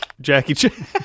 Jackie